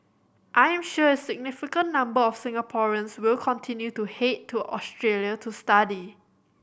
I am sure a significant number of Singaporeans will continue to head to Australia to study